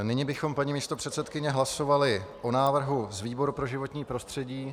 Nyní bychom, paní místopředsedkyně, hlasovali o návrhu z výboru pro životní prostředí.